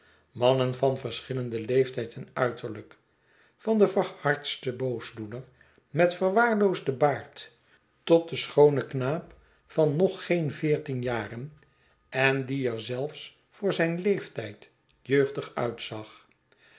mannen van verschillenden leeftijd en uiterlijk van den verhardsten boosdoener met verwaarloosden baard tot den schoonen knaap schetsen van boz van nog geen veertien jaren en die er zelfs voor zijn leeftijd jeugdig ultzag